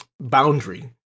Boundary